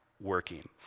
working